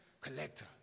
collector